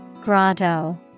Grotto